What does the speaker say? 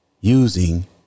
Using